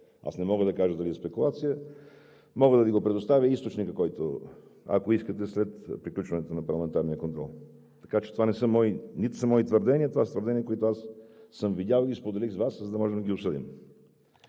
Аз не мога да кажа дали е спекулация, а мога да Ви предоставя източника, ако искате, след приключването на парламентарния контрол. Така че това не са мои твърдения, а са твърдения, които съм видял, и ги споделих с Вас, за да можем да ги обсъдим.